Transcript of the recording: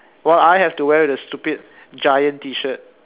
while I have to wear the stupid giant T-shirt